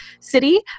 city